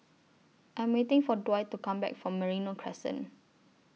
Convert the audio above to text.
I'm waiting For Dwight to Come Back from Merino Crescent